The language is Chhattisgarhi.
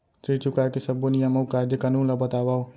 ऋण चुकाए के सब्बो नियम अऊ कायदे कानून ला बतावव